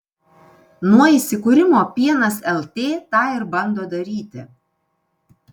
nuo įsikūrimo pienas lt tą ir bando daryti